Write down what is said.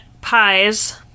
pies